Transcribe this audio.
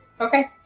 Okay